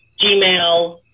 Gmail